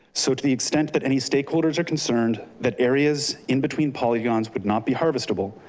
so to the extent that any stakeholders are concerned, that areas in between polygons would not be harvestable,